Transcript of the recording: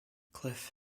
cliff